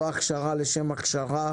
לא הכשרה לשם הכשרה